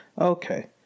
okay